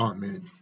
Amen